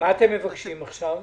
מה אתם מבקשים עכשיו?